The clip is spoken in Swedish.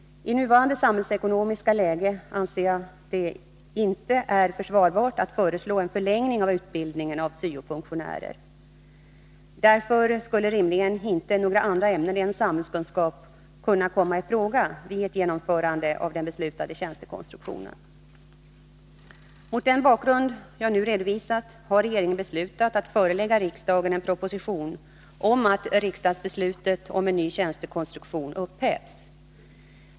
I nuvarande samhällsekonomiska läge anser jag att det inte är försvarbart att föreslå en förlängning av utbildningen av syo-funktionärer. Därför skulle rimligen inte några andra ämnen än samhällskunskap kunna komma i fråga vid ett genomförande av den beslutade tjänstekonstruktionen. Mot den bakgrund jag nu redovisat har regeringen beslutat att förelägga riksdagen en proposition om att riksdagsbeslutet om en ny tjänstekonstruktion upphävs.